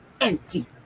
empty